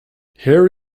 here